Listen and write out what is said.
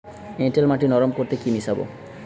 এঁটেল মাটি নরম করতে কি মিশাব?